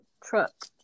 truck